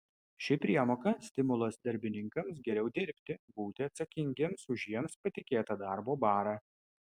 ši priemoka stimulas darbininkams geriau dirbti būti atsakingiems už jiems patikėtą darbo barą